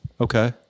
Okay